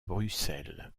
bruxelles